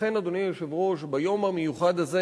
לכן, אדוני היושב-ראש, ביום המיוחד הזה